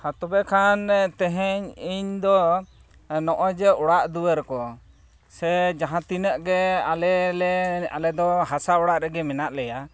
ᱦᱟᱸ ᱛᱚᱵᱮ ᱠᱷᱟᱱ ᱛᱮᱦᱮᱧ ᱤᱧᱫᱚ ᱱᱚᱜᱼᱚᱭ ᱡᱮ ᱚᱲᱟᱜ ᱫᱩᱣᱟᱹᱨ ᱠᱚ ᱥᱮ ᱡᱟᱦᱟᱸ ᱛᱤᱱᱟᱹᱜ ᱜᱮ ᱟᱞᱮᱞᱮ ᱟᱞᱮᱫᱚ ᱦᱟᱥᱟ ᱚᱲᱟᱜ ᱨᱮᱜᱮ ᱢᱮᱱᱟᱜ ᱞᱮᱭᱟ